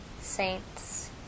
Saints